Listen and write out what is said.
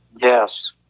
Yes